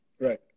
right